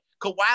Kawhi